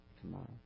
tomorrow